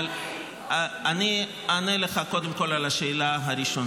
אבל אני אענה לך, קודם כול, על השאלה הראשונה.